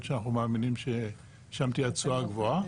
שאנחנו מאמינים ששם תהיה התשואה הגבוהה,